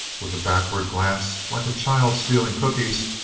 with a backward glance like a child stealing cookies,